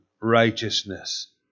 righteousness